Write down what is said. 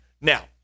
Now